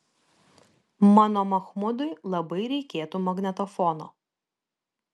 mano machmudui labai reikėtų magnetofono